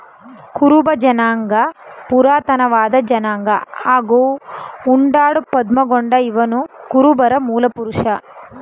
ಕುರುಬ ಜನಾಂಗ ಪುರಾತನವಾದ ಜನಾಂಗ ಹಾಗೂ ಉಂಡಾಡು ಪದ್ಮಗೊಂಡ ಇವನುಕುರುಬರ ಮೂಲಪುರುಷ